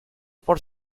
por